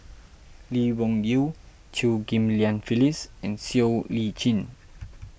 Lee Wung Yew Chew Ghim Lian Phyllis and Siow Lee Chin